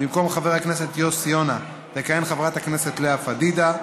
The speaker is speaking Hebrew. במקום חבר הכנסת יוסי יונה תכהן חברת הכנסת לאה פדידה,